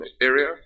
area